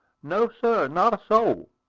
no, sir, not a soul,